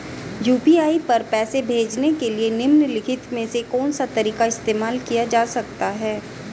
UPI पर पैसे भेजने के लिए निम्नलिखित में से कौन सा तरीका इस्तेमाल किया जा सकता है?